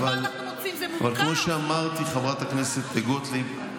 אבל הוא שאמרתי, חברת הכנסת גוטליב.